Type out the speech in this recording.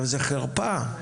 זו חרפה.